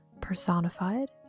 personified